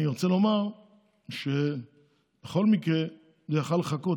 אני רוצה לומר שבכל מקרה זה היה יכול לחכות.